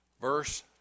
verse